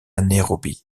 nairobi